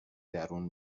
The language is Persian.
درون